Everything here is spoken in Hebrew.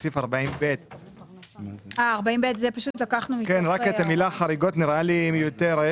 בסעיף 40ב. המילה חריגות נראית לי מיותרת.